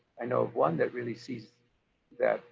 i know of one that really sees that